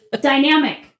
Dynamic